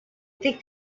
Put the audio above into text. think